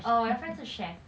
orh my friend 是 chef